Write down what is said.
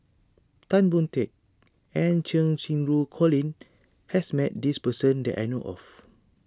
Tan Boon Teik and Cheng Xinru Colin has met this person that I know of